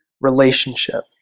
relationship